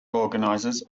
organizers